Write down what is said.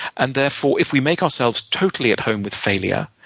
and therefore, if we make ourselves totally at home with failure,